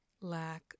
lack